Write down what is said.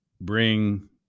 bring